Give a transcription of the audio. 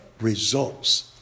results